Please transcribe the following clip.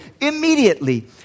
Immediately